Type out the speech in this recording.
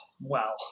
Wow